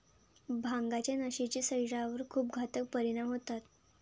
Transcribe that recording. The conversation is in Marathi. भांगाच्या नशेचे शरीरावर खूप घातक परिणाम होतात